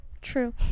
True